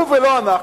הוא ולא אנחנו,